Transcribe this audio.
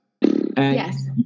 Yes